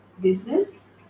business